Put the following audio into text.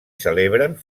celebren